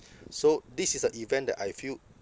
so this is a event that I feel